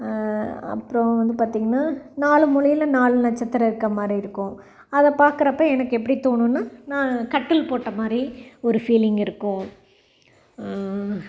அப்புறம் வந்து பார்த்தீங்கன்னா நாலு மூலையில நாலு நட்சத்திரம் இருக்க மாதிரி இருக்கும் அதை பாக்குறப்போ எனக்கு எப்படி தோணும்னா நான் கட்டில் போட்ட மாதிரி ஒரு ஃபீலிங் இருக்கும்